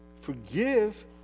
forgive